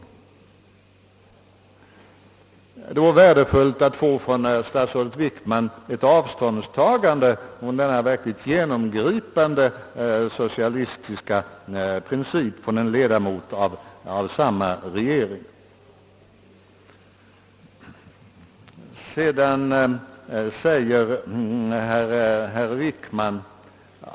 Det skulle vara värdefullt, om statsrådet Wickman ville ta avstånd från denna verkligt genomgripande socialistiska princip som uttalats av en ledamot av samma regering som herr Wickman.